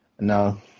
No